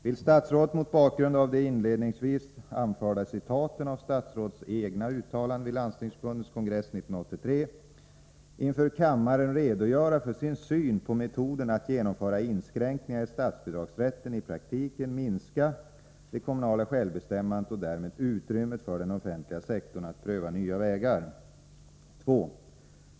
Vill statsrådet mot bakgrund av de inledningsvis anförda citaten av statsrådets egna uttalanden vid Landstingsförbundets kongress 1983 inför kammaren redogöra för sin syn på metoden att genom inskränkningar i statsbidragsrätten i praktiken minska det kommunala självbestämmandet och därmed utrymmet för den offentliga sektorn att pröva nya vägar? 2.